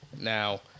Now